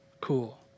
Cool